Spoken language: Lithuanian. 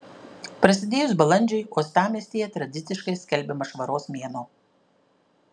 prasidėjus balandžiui uostamiestyje tradiciškai skelbiamas švaros mėnuo